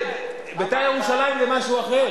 "בית"ר ירושלים" זה משהו אחר.